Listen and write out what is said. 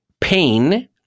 pain